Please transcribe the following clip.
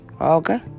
Okay